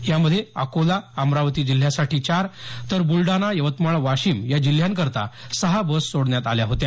यामध्ये अकोला अमरावती जिल्ह्यासाठी चार तर ब्लडाणा यवतमाळ वाशिम या जिल्ह्यांकरीता सहा बस सोडण्यात आल्या होत्या